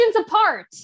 apart